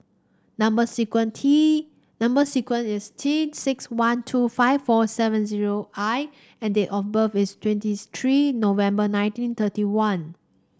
number sequence T number sequence is T six one two five four seven zero I and date of birth is twentieth three November nineteen thirty one